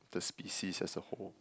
the species as a whole